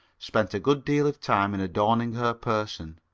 spent a good deal of time in adorning her person.